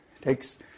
takes